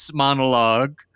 monologue